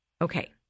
okay